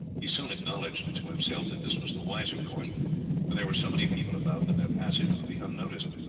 he soon acknowledged to himself that this was the wiser course, for there were so many people about that their passage would be unnoticed,